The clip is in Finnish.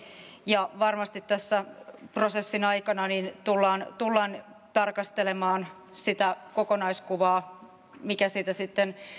ja varmasti tässä prosessin aikana tullaan tullaan tarkastelemaan sitä kokonaiskuvaa mikä siitä sitten